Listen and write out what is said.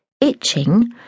itching